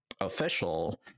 official